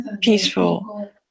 peaceful